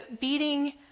beating